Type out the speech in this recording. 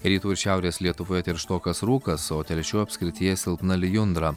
rytų ir šiaurės lietuvoje tirštokas rūkas o telšių apskrityje silpna lijundra